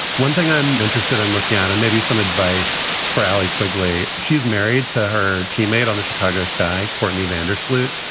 one thing i'm interested in looking at and maybe some advice for allie quigley. she's married to her teammate on the chicago sky. courtney vandersloot,